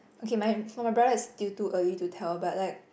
okay my for my brother it's still early to tell but like